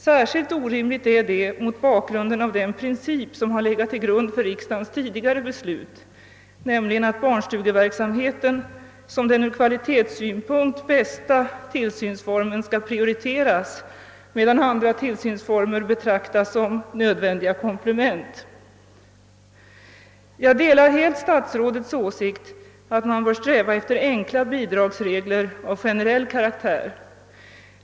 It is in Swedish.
Särskilt orimligt är detta mot bakgrunden av den princip som legat till grund för riksdagens tidigare beslut, nämligen att barnstugeverksamheten som den ur kvalitetssynpunkt bästa tillsynsformen skall prioriteras medan andra tillsynsformer ses som i nuvarande bristsituation nödvändiga komplement. Jag delar helt statsrådets åsikt att man bör sträva efter enkla bidragsregler av generell karaktär.